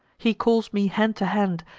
he calls me hand to hand,